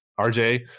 RJ